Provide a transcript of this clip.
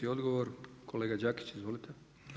I odgovor kolega Đakić, izvolite.